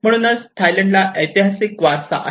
म्हणूनच थायलंडला ऐतिहासिक वारसा आहे